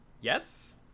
Yes